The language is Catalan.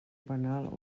penal